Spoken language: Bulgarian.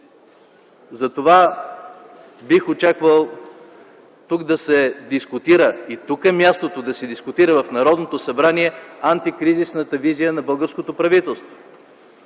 Затова бих очаквал тук да се дискутира и тук е мястото да се дискутира – в Народното събрание, антикризисната визия на българското правителство.